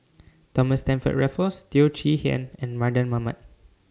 Thomas Stamford Raffles Teo Chee Hean and Mardan Mamat